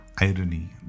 irony